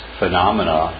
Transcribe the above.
phenomena